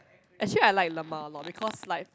actually I like lmao a lot because like